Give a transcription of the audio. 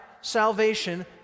salvation